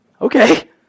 Okay